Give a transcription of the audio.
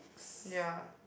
ya